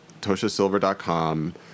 Toshasilver.com